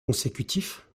consécutif